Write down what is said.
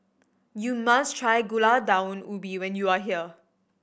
you must try Gulai Daun Ubi when you are here